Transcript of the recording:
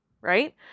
Right